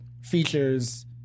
features